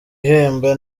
ihemba